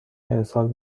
ارسال